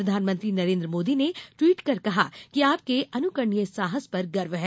प्रधानमंत्री नरेंद्र मोदी ने ट्वीट कर कहा कि आपके अनुकरणीय साहस पर गर्व है